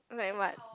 like what